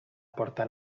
porta